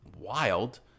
wild